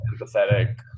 empathetic